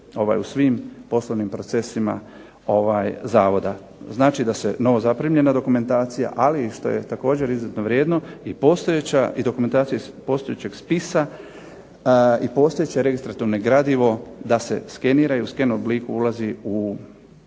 u svim poslovnim procesima zavoda. Znači da se novozaprimljena dokumentacija, ali i što je također izuzetno vrijedno i postojeća i dokumentacija iz postojećeg spisa i postojeće regustratorno gradivo da se skenira, u skan obliku ulazi, u